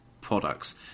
products